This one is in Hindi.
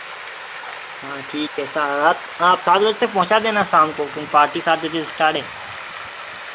हाँ ठीक है सा आप आप सात बजे तक पहुँचा देना शाम को क्योंकि पार्टी सात बजे से स्टार्ट है